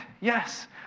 Yes